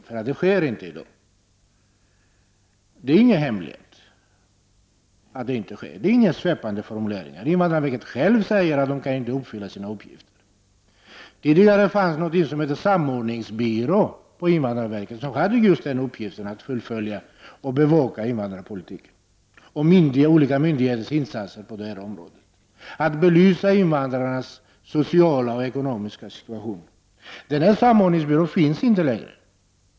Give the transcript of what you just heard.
Detta sker inte i dag. Det är ingen hemlighet att så inte sker. Detta är inte några svepande formuleringar. Invandrarverket själv säger att man inte kan fullgöra sina uppgifter. Det fanns tidigare någonting som kallades samordningsbyrån på invandrarverket som hade just till uppgift att bevaka invandrarpolitiken och olika myndigheters insatser på det här området och belysa invandrarnas sociala och ekonomiska situation. Den här samordningsgruppen finns inte längre.